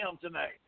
tonight